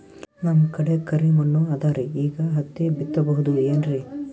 ನಮ್ ಕಡೆ ಕರಿ ಮಣ್ಣು ಅದರಿ, ಈಗ ಹತ್ತಿ ಬಿತ್ತಬಹುದು ಏನ್ರೀ?